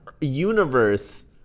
universe